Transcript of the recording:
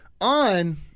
on